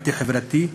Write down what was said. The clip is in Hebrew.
אנטי-חברתי.